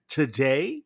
today